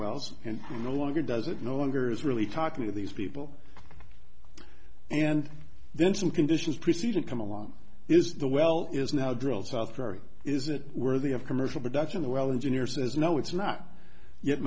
wells and no longer does it no longer is really talking to these people and then some conditions preceding come along is the well is now drilled south korea is it worthy of commercial production the well engineer says no it's not yet